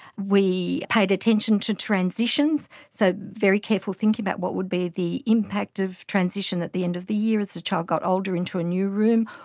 we paid attention to transitions, so very carefully thinking about what would be the impact of transition at the end of the year as the child got older into a new room,